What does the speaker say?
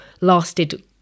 lasted